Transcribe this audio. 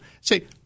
Say